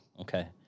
Okay